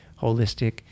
holistic